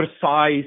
size